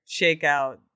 shakeout